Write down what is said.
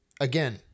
Again